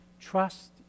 trust